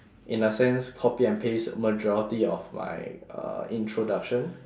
in a sense copy and paste majority of my uh introduction